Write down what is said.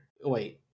wait